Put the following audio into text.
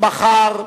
תתקיים מחר,